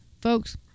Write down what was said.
folks